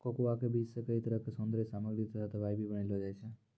cocoa के बीज सॅ कई तरह के सौन्दर्य सामग्री तथा दवाई भी बनैलो जाय छै